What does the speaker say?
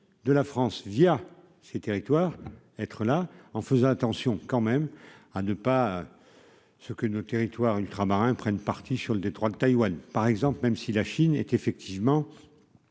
de la France, via ces territoires, être là en faisant attention quand même à ne pas ce que nos territoires ultramarins prenne parti sur le Detroit de Taïwan par exemple, même si la Chine est effectivement